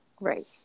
Right